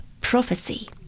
prophecy